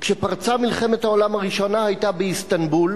וכשפרצה מלחמת העולם הראשונה היתה באיסטנבול,